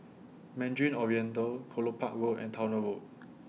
Mandarin Oriental Kelopak Road and Towner Road